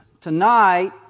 tonight